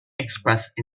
expressed